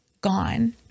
gone